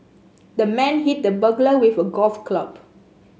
the man hit the burglar with a golf club